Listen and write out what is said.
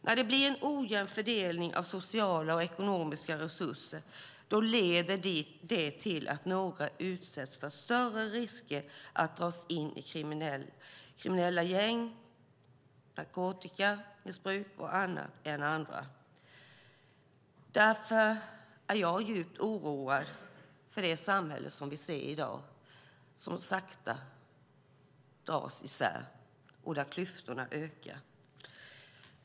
När det blir en ojämn fördelning av sociala och ekonomiska resurser leder det till att några utsätts för större risker att dras in i kriminella gäng eller narkotikamissbruk än andra. Därför är jag djupt oroad över det samhälle vi ser i dag som sakta dras isär och där klyftorna ökar.